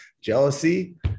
jealousy